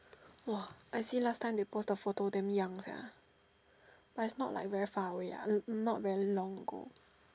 !wah! I see last time they post the photo damn young sia but it's not like very far away not very long ago